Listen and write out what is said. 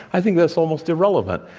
i think that's almost irrelevant.